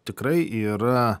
tikrai yra